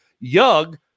Young